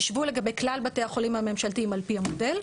חישבו לגבי כלל בתי החולים הממשלתיים על פי המודל,